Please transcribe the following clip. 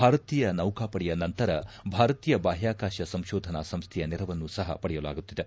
ಭಾರತೀಯ ನೌಕಾಪಡೆಯ ನಂತರ ಭಾರತೀಯ ಬಾಹ್ಕಾಕಾಶ ಸಂಶೋಧನಾ ಸಂಸ್ಥೆಯ ನೆರವನ್ನು ಸಹ ಪಡೆಯಲಾಗುತ್ತಿದೆ